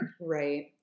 Right